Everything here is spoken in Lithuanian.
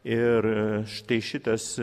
ir štai šitas